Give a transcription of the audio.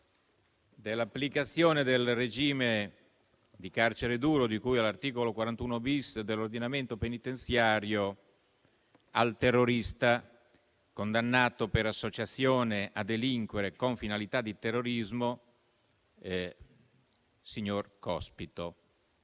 dell'applicazione del regime di carcere duro di cui all'articolo 41-*bis* dell'ordinamento penitenziario al terrorista condannato per associazione a delinquere con finalità di terrorismo, signor Cospito.